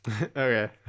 Okay